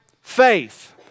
faith